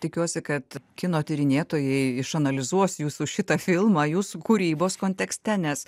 tikiuosi kad kino tyrinėtojai išanalizuos jūsų šitą filmą jūsų kūrybos kontekste nes